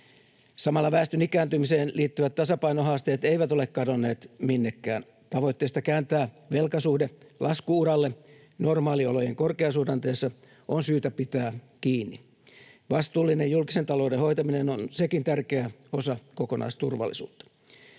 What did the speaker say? Samalla väestön ikääntymiseen liittyvät tasapainohaasteet eivät ole kadonneet minnekään. Tavoitteesta kääntää velkasuhde lasku-uralle normaaliolojen korkeasuhdanteessa on syytä pitää kiinni. Vastuullinen julkisen talouden hoitaminen on sekin tärkeä osa kokonaisturvallisuutta.